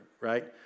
right